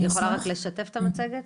את יכולה לשתף את המצגת?